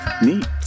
Neat